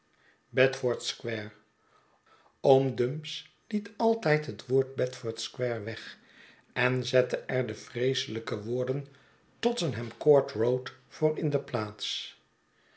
square oom dumps liet altijd het woord bedford square weg en zette er de vreeselijke woorden tottenham courtroad voor in plaats